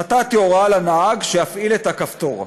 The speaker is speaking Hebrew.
נתתי הוראה לנהג שיפעיל את הכפתור,